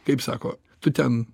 kaip sako tu ten